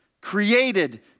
created